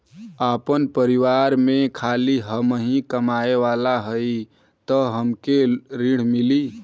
आपन परिवार में खाली हमहीं कमाये वाला हई तह हमके ऋण मिली?